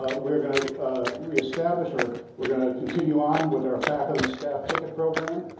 ah we're going to reestablish or we're going to continue on with our faculty and staff ticket program